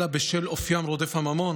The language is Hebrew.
אלא בשל אופיים רודף הממון,